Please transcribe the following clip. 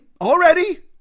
already